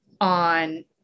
on